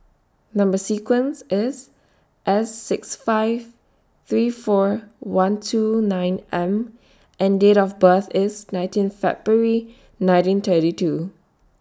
Number sequence IS S six five three four one two nine M and Date of birth IS nineteen February nineteen thirty two